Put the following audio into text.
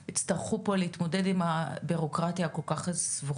הם יצטרכו פה להתמודד עם הבירוקרטיה הכל כך סבוכה.